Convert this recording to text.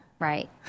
Right